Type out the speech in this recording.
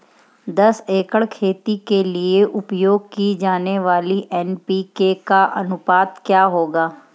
दस एकड़ खेती के लिए उपयोग की जाने वाली एन.पी.के का अनुपात क्या होगा?